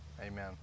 Amen